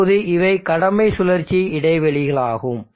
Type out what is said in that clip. இப்போது இவை கடமை சுழற்சி இடைவெளிகளாகும்